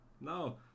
No